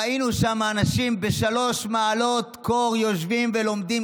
ראינו שם אנשים בשלוש מעלות קור יושבים ולומדים